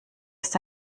ist